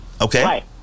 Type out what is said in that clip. Okay